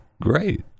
great